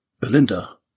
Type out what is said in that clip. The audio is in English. Belinda